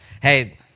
hey